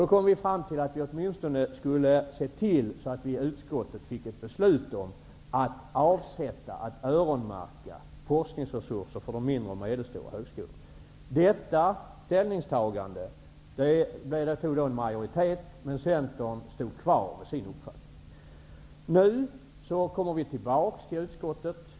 Då kom vi fram till att vi åtminstone skulle se till att vi i utskottet fick ett beslut om att avsätta, att öronmärka, forskningsresurser till de mindre och medelstora högskolorna. En majoritet gjorde detta ställningstagande, men Centern stod kvar vid sin uppfattning.